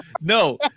no